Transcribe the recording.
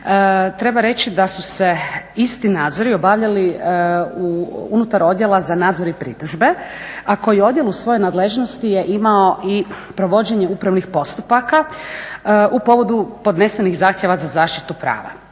treba reći da su se isti nadzori obavljali unutar Odjela za nadzor i pritužbe, a koje odjel u svojoj nadležnosti je imao i provođenje upravnih postupaka u povodu podnesenih zahtjeva za zaštitu prava.